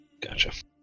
Gotcha